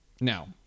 now